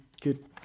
good